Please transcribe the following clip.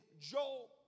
Joel